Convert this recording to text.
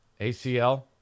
ACL